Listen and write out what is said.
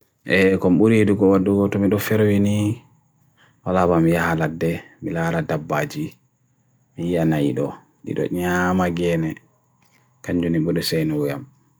e komburi idu kumadu utumidu ferwini alabam iya haladde, bila haladab baji miya na ido, ido nyama gene kanjuni budi seinu yam